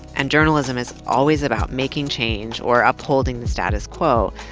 and journalism is always about making change, or upholding the status quo,